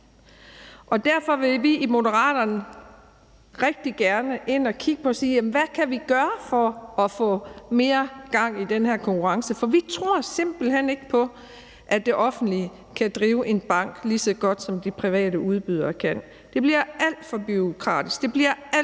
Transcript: Derfor vil vi i Moderaterne rigtig gerne ind og kigge på og sige: Hvad kan vi gøre for at få mere gang i den her konkurrence? For vi tror simpelt hen ikke på, at det offentlige kan drive en bank lige så godt, som de private udbydere kan. Det bliver alt for bureaukratisk,